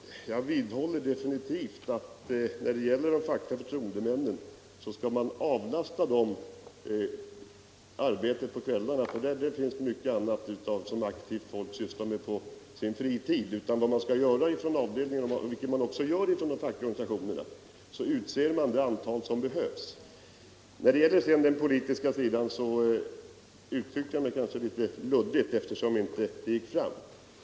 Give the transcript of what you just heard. Herr talman! Jag vidhåller definitivt att man skall avlasta de fackliga förtroendemännen deras arbete på kvällarna, eftersom det finns mycket annat än detta som aktivt folk sysslar med på sin fritid. Vad avdelningarna skall göra — och vilket också görs inom de fackliga organisationerna — är att utse det antal förtroendemän som behövs. Vad beträffar den politiska sidan uttryckte jag mig kanske litet luddigt, eftersom budskapet inte gick fram.